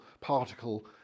particle